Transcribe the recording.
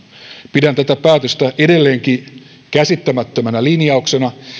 pidän tätä päätöstä edelleenkin käsittämättömänä linjauksena sitä